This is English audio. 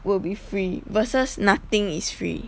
will be free versus nothing is free